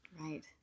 Right